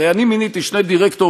הרי אני מיניתי שני דירקטוריונים,